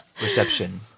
reception